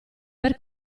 per